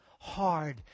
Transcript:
Hard